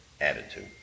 attitude